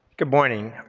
good morning.